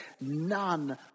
none